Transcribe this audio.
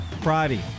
Friday